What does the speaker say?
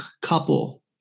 couple